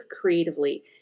creatively